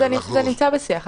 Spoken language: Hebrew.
זה נמצא בשיח.